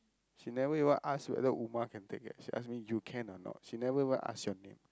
she never even ask whether Uma can take eh she ask you can or not she never even ask your name